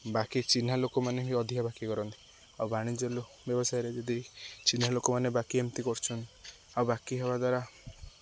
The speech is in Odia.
ବାକି ଚିହ୍ନା ଲୋକମାନେ ହି ଅଧିକା ବାକି କରନ୍ତି ଆଉ ବାଣିଜ୍ୟ ଲ ବ୍ୟବସାୟରେ ଯଦି ଚିହ୍ନା ଲୋକମାନେ ବାକି ଏମିତି କରୁଛନ୍ତି ଆଉ ବାକି ହେବା ଦ୍ୱାରା